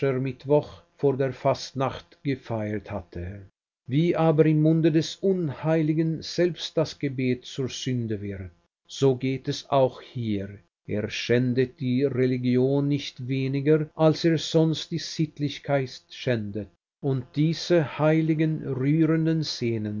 aschermittwoch vor der fastnacht gefeiert hatte wie aber im munde des unheiligen selbst das gebet zur sünde wird so geht es auch hier er schändet die religion nicht weniger als er sonst die sittlichkeit schändet und diese heiligen rührenden szenen